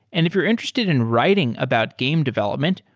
and if you're interested in writing about game development,